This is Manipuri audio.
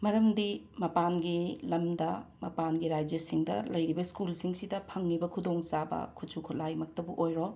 ꯃꯔꯝꯗꯤ ꯃꯄꯥꯟꯒꯤ ꯂꯝꯗ ꯃꯄꯥꯟꯒꯤ ꯔꯥꯏꯖ꯭ꯌꯥꯁꯤꯡꯗ ꯂꯩꯔꯤꯕ ꯁ꯭ꯀꯨꯜꯁꯤꯡꯁꯤꯗ ꯐꯪꯂꯤꯕ ꯈꯨꯗꯣꯡꯆꯥꯕ ꯈꯨꯠꯁꯨ ꯈꯨꯠꯂꯥꯏꯃꯛꯇꯕꯨ ꯑꯣꯏꯔꯣ